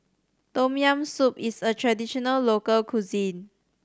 Tom Yam Soup is a traditional local cuisine